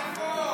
היפות.